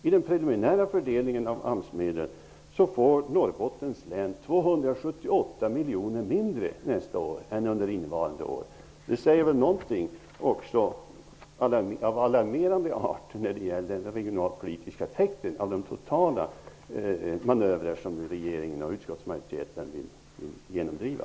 I den preliminära fördelningen av AMS-medel får Norrbottens län 278 miljoner kronor mindre nästa år än under innevarande år. Det säger väl också någonting som är alarmerande när det gäller den regionalpolitiska effekten av de totala manövrer som regeringen och utskottsmajoriteten vill genomdriva.